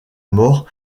mort